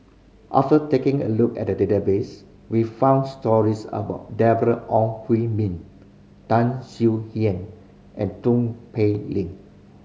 after taking a look at the database we found stories about Deborah Ong Hui Min Tan Swie Hian and Tong Pei Ling